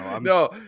No